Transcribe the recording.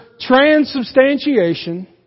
transubstantiation